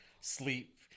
sleep